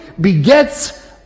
begets